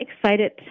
excited